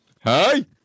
Hey